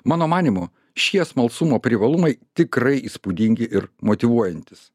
mano manymu šie smalsumo privalumai tikrai įspūdingi ir motyvuojantys